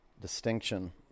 distinction